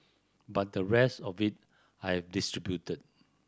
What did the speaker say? but the rest of it I've distributed